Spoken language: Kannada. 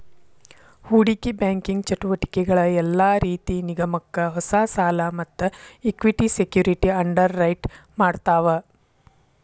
ಹೂಡಿಕಿ ಬ್ಯಾಂಕಿಂಗ್ ಚಟುವಟಿಕಿಗಳ ಯೆಲ್ಲಾ ರೇತಿ ನಿಗಮಕ್ಕ ಹೊಸಾ ಸಾಲಾ ಮತ್ತ ಇಕ್ವಿಟಿ ಸೆಕ್ಯುರಿಟಿ ಅಂಡರ್ರೈಟ್ ಮಾಡ್ತಾವ